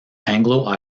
anglo